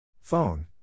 Phone